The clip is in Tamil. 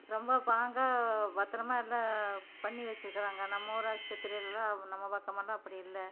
ரொம்ப பாங்காக பத்திரமா எல்லாம் பண்ணி வச்சுருக்குறாங்க நம்ம ஊர் ஆஸ்பத்திரிலெலாம் நம்ம பக்கமெல்லாம் அப்படி இல்லை